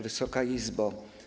Wysoka Izbo!